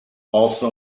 also